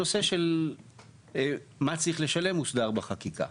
הנושא של מה שצריך לשלם מוסדר בחקיקה.